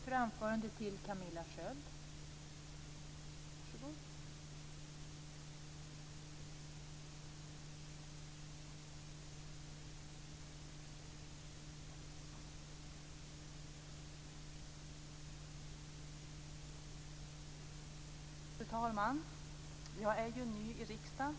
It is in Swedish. Fru talman! Jag är ju ny i riksdagen.